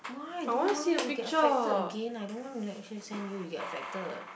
why don't want you will get affected again I don't want like he sent you you get affected